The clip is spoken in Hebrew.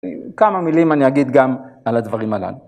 כמה מילים אני אגיד גם על הדברים הללו.